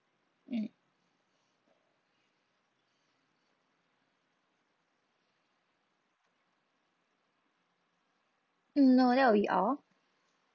mm mm no that will be all